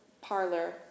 parlor